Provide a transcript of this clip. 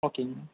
ஓகேங்க